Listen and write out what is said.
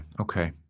okay